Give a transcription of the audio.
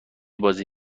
بازی